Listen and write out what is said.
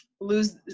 lose